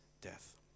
death